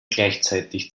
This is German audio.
gleichzeitig